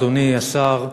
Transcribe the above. אדוני השר,